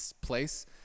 place